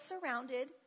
surrounded